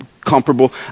comparable